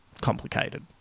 complicated